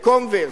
"קומברס",